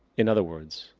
in other words,